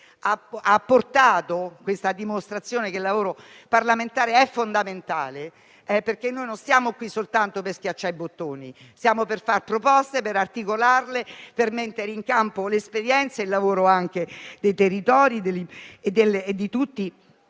e vorrei dirlo a dimostrazione del fatto che il lavoro parlamentare è fondamentale, perché noi non stiamo qui soltanto per schiacciare i bottoni, ma per fare proposte, per articolarle, per mettere in campo le esperienze e il lavoro anche dei territori e di tutti